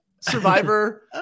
Survivor